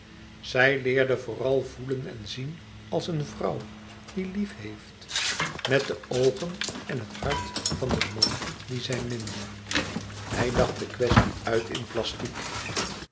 zij leerde vooral voelen en zien als een vrouw die lief heeft met de oogen en het hart van den man dien zij minde hij dacht de kwestie uit in plastiek